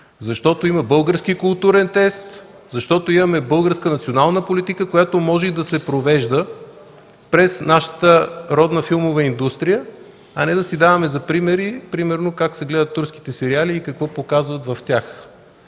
защото има български културен тест, защото имаме българска национална политика, която може и да се провежда през нашата родна филмова индустрия, а не да си даваме за примери как се гледат турските сериали и какво показват в тях.